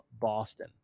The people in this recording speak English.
Boston